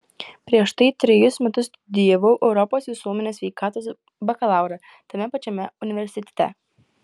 prieš tai trejus metus studijavau europos visuomenės sveikatos bakalaurą tame pačiame universitete